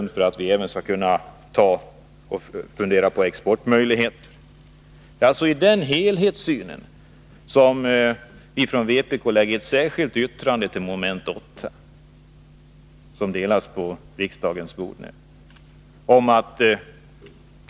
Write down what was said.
Investeringarna bör även samordnas i tiden med de nya krav på den spårbundna trafiken som inom en nära framtid kan bli aktuella. Den helt avgörande frågan för SSAB i Luleå och dess framtid är investeringar för ökad valsningskapacitet, bl.a. en upprustning av finvalsverket. Investeringar i ett rälsverk bör ingå i en plan för nyinvesteringar inom hela SSAB.